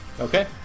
Okay